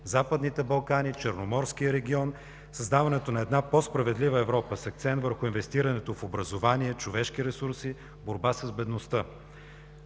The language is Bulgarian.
Западните Балкани, Черноморския регион, създаването на една по-справедлива Европа с акцент върху инвестирането в образование, човешки ресурси, борба с бедността.